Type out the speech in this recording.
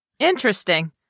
Interesting